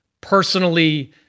Personally